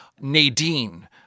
Nadine